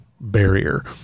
barrier